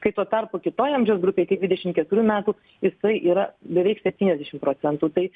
kai tuo tarpu kitoj amžiaus grupėj iki dvidešim keturių metų jisai yra beveik septyniasdešim procentų tai